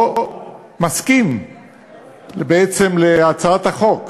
לא מסכים, בעצם, להצעת החוק.